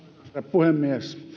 puhemies